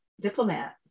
diplomat